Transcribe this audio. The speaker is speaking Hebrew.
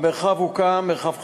המרחב הוקם, מרחב חדש,